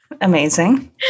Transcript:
Amazing